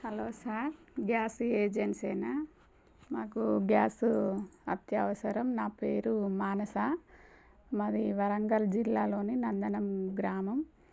hello sir gas ఏజెన్సేనా మాకు gas అత్యవసరం నా పేరు మానస మాది వరంగల్ జిల్లాలోని నందనం గ్రామం